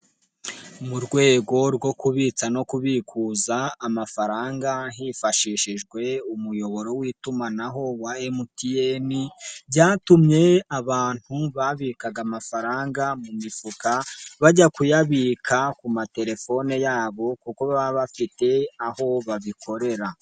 Mu rwego rwo kubitsa no kubikuza amafaranga hifashishijwe umuyoboro w'itumanaho wa Emutiyene, byatumye abantu babikaga amafaranga mu mifuka, bajya kuyabika ku matelefone yabo kuko baba bafite aho babikorera.